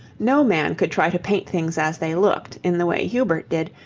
no man could try to paint things as they looked, in the way hubert did,